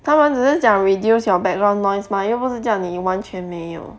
他们只是讲 reduce your background noise 吗又不是叫你完全没有